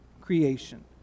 creation